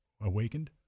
awakened